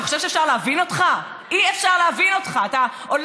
אתה חושב שאפשר להבין אותך?